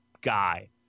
guy